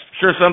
sure